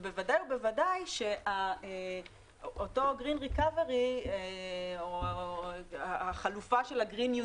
ובוודאי שאותו green recovery או החלופה של ה-"גרין ניו